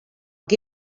que